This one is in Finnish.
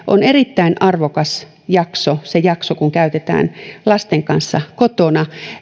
on erittäin arvokas jakso se jakso joka käytetään lasten kanssa kotona